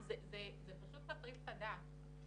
תשמע, זה פשוט מטריף את הדעת.